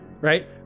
right